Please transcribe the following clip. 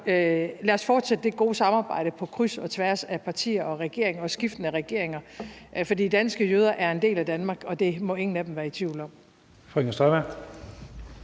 lad os fortsætte det gode samarbejde på kryds og tværs af partier og skiftende regeringer, for danske jøder er en del af Danmark, og det må ingen af dem være i tvivl om.